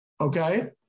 Okay